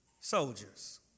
soldiers